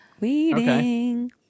Waiting